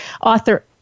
author